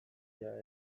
mila